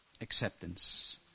Acceptance